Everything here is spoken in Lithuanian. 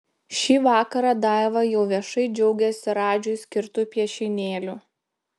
šį vakarą daiva jau viešai džiaugiasi radžiui skirtu piešinėliu